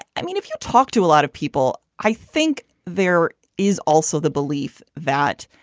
i mean if you talk to a lot of people i think there is also the belief that